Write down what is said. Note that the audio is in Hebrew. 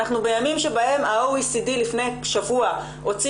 אנחנו בימים שבהם ה-OECD לפני שבוע הוציא